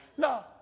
No